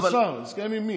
כבוד השר, הסכם עם מי?